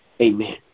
Amen